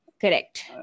correct